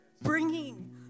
bringing